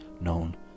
known